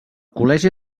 col·legi